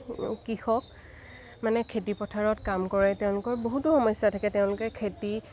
কৃষক মানে খেতি পথাৰত কাম কৰে তেওঁলোকৰ বহুতো সমস্যা থাকে তেওঁলোকে খেতি